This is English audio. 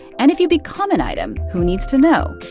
and if you become an item, who needs to know?